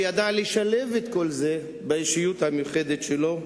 שידע לשלב את כל זה באישיות המיוחדת שלו.